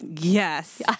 Yes